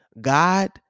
God